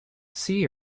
sea